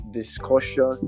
discussion